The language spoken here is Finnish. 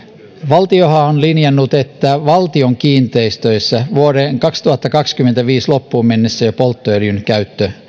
valtiohan on linjannut että valtion kiinteistöissä jo vuoden kaksituhattakaksikymmentäviisi loppuun mennessä polttoöljyn käyttö